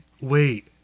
Wait